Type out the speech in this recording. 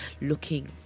looking